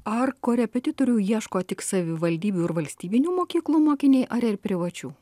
ar korepetitorių ieško tik savivaldybių ir valstybinių mokyklų mokiniai ar ir privačių